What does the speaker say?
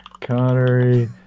Connery